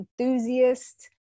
enthusiast